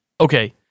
okay